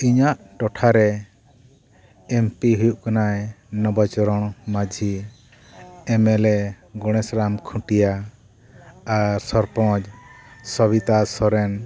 ᱤᱧᱟᱹᱜ ᱴᱚᱴᱷᱟᱨᱮ M P ᱦᱩᱭᱩᱜ ᱠᱟᱱᱟᱭ ᱱᱚᱵᱟᱪᱚᱨᱚᱱ ᱢᱟᱹᱡᱷᱤ M L A Ganesh Ram Khutia ᱟᱨ ᱥᱚᱨᱯᱚᱧᱡᱽ ᱥᱚᱵᱤᱛᱟ ᱥᱚᱨᱮᱱ